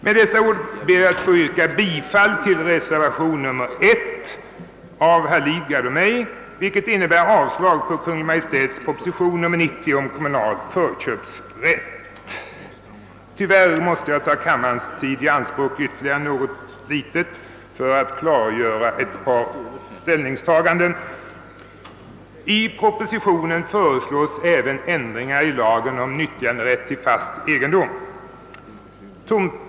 Med dessa ord ber jag att få yrka bifall till reservation I av herr Lidgard och mig, vilket innebär avslag på Kungl. Maj:ts proposition nr 90 om kommunal förköpsrätt. Tyvärr måste jag ta kammarens tid i anspråk ytterligare något litet för att klargöra ett par ställningstaganden. I propositionen föreslås även ändringar i lagen om nyttjanderätt till fast egendom.